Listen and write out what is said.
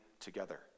together